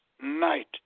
night